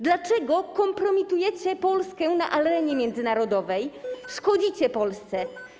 Dlaczego kompromitujecie Polskę na arenie międzynarodowej, szkodzicie Polsce?